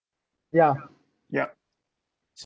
ya yup